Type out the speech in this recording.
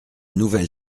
nouvelle